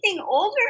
older